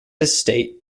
estate